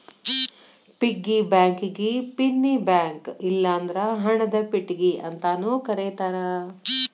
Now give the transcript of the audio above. piggy ಬ್ಯಾಂಕಿಗಿ ಪಿನ್ನಿ bank ಇಲ್ಲಂದ್ರ ಹಣದ ಪೆಟ್ಟಿಗಿ ಅಂತಾನೂ ಕರೇತಾರ